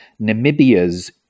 Namibia's